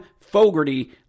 Fogarty